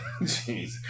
Jeez